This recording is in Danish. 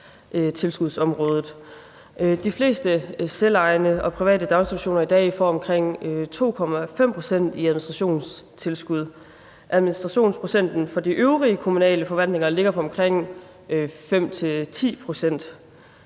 De fleste selvejende og private daginstitutioner får i dag omkring 2,5 pct. i administrationstilskud. Administrationsprocenten for de øvrige kommunale forvaltninger ligger på omkring 5-10 pct.